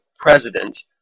President